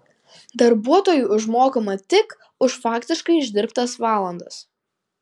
darbuotojui užmokama tik už faktiškai išdirbtas valandas